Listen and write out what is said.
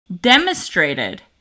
demonstrated